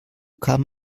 kann